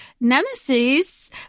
nemesis